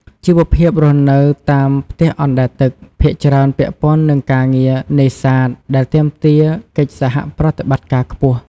ជីវភាពរស់នៅនៅតាមផ្ទះអណ្ដែតទឹកភាគច្រើនពាក់ព័ន្ធនឹងការងារនេសាទ ដែលទាមទារកិច្ចសហប្រតិបត្តិការខ្ពស់។